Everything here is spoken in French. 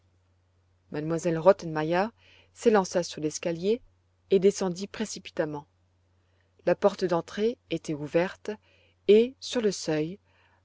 m elle rottenmeier s'élança sur l'escalier et descendit précipitamment la porte d'entrée était ouverte et sur le seuil